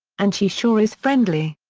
and she sure is friendly.